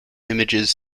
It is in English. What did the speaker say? images